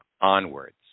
onwards